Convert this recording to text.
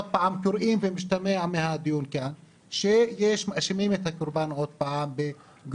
עוד פעם הואיל ומשתמע מהדיון כאן שמאשימים את הקורבן עוד פעם בגורמי